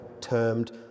termed